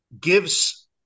gives